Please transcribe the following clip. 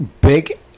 big